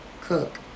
Cook